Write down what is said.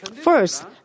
First